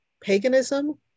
paganism